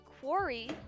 quarry